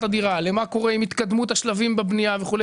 הדירה ולמה קורה עם התקדמות השלבים בבנייה וכו'.